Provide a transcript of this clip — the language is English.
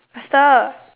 faster